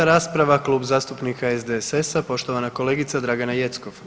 5 rasprava Klub zastupnika SDSS-a, poštovana kolegica Dragana Jeckov.